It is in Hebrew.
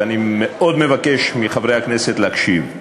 ואני מאוד מבקש מחברי הכנסת להקשיב.